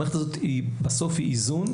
המערכת הזאת בסוף היא איזון,